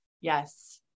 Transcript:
Yes